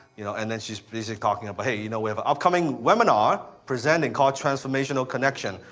you know, and then she's basically talking about, hey, you know, we have an upcoming webinar presenting called transformational connection,